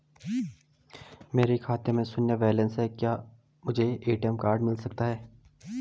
मेरे खाते में शून्य बैलेंस है क्या मुझे ए.टी.एम कार्ड मिल सकता है?